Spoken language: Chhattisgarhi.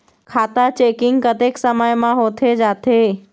खाता चेकिंग कतेक समय म होथे जाथे?